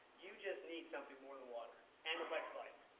you just need something more than water and electrolytes.